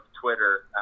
Twitter